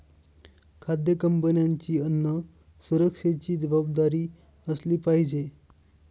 खाद्य कंपन्यांची अन्न सुरक्षेची जबाबदारी असली पाहिजे